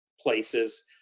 places